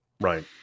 Right